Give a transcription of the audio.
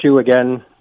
again